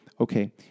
Okay